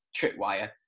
tripwire